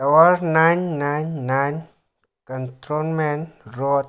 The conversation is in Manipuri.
tower nine nine nine control men road